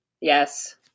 Yes